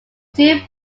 two